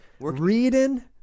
reading